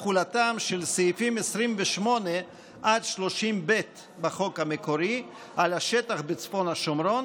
תחולתם של סעיפים 28 עד 30ב בחוק המקורי על השטח בצפון השומרון,